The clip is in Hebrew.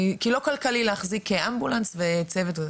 כי לא כלכלי להחזיק אמבולנס וצוות.